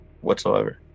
whatsoever